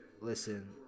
listen